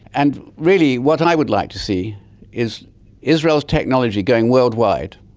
and really what and i would like to see is israel's technology going worldwide,